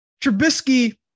Trubisky